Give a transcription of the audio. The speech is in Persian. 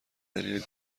دلیل